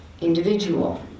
individual